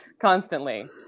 constantly